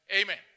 Amen